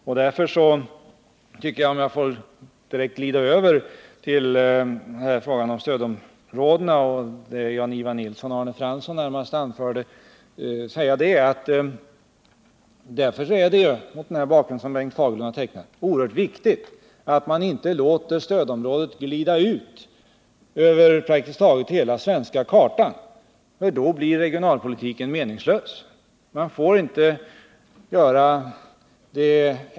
Om jag direkt får glida över till frågan om stödområdena och det som Jan-Ivan Nilsson och Arne Fransson anförde vill jag säga att det mot den bakgrund som Bengt Fagerlund har tecknat är oerhört viktigt att man inte låter stödområdet glida ut över praktiskt taget hela den svenska kartan, för då blir regionalpolitiken meningslös.